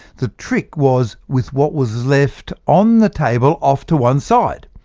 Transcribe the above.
the trick was with what was left on the table off to one side.